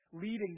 leading